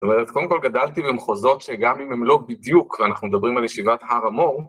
זאת אומרת, קודם כל גדלתי במחוזות שגם אם הם לא בדיוק, ואנחנו מדברים על ישיבת הר המור